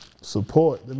support